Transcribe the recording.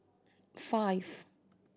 five